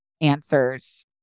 answers